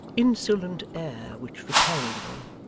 insolent air which repelled one.